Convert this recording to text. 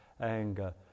anger